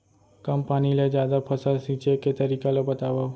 कम पानी ले जादा फसल सींचे के तरीका ला बतावव?